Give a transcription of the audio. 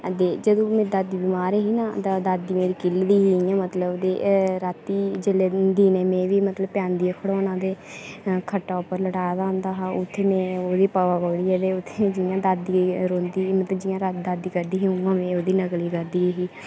अते जदूं मेरी दादी बमार ही ना दादी मेरी किह्लदी ही इ'यां मतलब ते रातीं जेल्लै दिनें में बी मतलब परैंदिया खड़ोना ते खट्टै पर लटाए दा होंदा हा उत्थै में ओह्दा पावा पकड़ियै ते उत्थै जि'यां दादी रौंह्दी ही मतलब जि'यां दादी करदी ही में ओह्दी नकल करदी ही